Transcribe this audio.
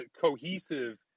cohesive